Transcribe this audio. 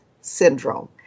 Syndrome